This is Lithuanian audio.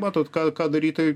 matot ką ką daryt tai